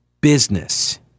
business